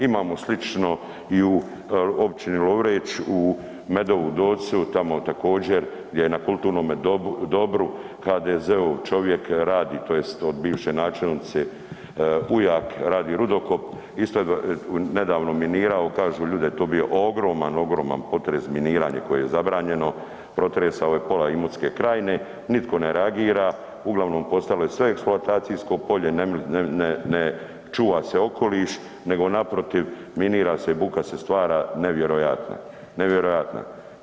Imamo slično i u općini Lovreč, u Medovu Docu, tamo također gdje je na kulturnome dobru HDZ-ov čovjek radi tj. od bivše načelnice ujak radi rudokop, isto nedavno minirao, kažu ljudi da je to bio ogroman, ogroman potres, miniranje koje je zabranjeno, protresao je pola Imotske krajine, nitko ne reagira, uglavnom postalo je sve eksploatacijsko polje, ne čuva se okoliš, nego naprotiv minira se, buka se stvara, nevjerojatna, nevjerojatna.